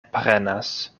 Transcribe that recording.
prenas